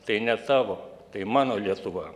tai ne tavo tai mano lietuva